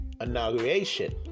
inauguration